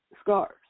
scars